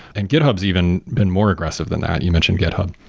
and github's even been more aggressive than that, you mentioned github.